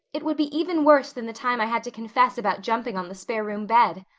it would be even worse than the time i had to confess about jumping on the spare room bed.